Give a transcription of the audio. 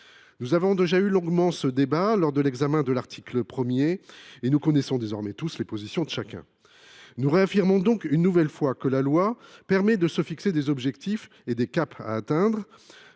Nous avons déjà eu longuement ce débat lors de l’examen de l’article 1 et nous connaissons désormais les positions de chacun. Nous réaffirmons une nouvelle fois que la loi permet de se fixer des objectifs et des caps à atteindre.